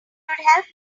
help